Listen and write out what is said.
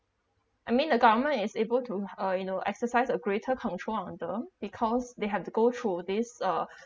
I mean the government is able to uh you know exercise a greater control under because they had to go through this uh